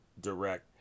direct